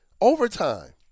overtime